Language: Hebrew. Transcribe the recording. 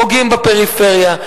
פוגעים בפריפריה.